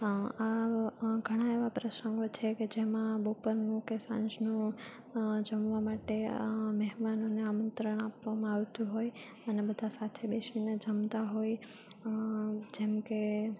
આ ઘણા એવા પ્રસંગો હોય છે કે જેમાં બોપરનું કે સાંજનું જમવા માટે મહેમાનોને આમંત્રણ આપવામાં આવતું હોય અને બધા સાથે બેસીને જમતા હોય છે જેમ કે